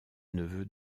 neveu